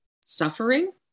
suffering